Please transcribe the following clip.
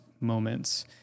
moments